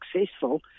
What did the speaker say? successful